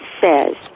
says